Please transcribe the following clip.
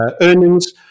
earnings